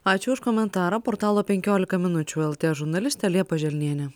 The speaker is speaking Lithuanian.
ačiū už komentarą portalo penkiolika minučių lt žurnalistė liepa želnienė